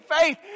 faith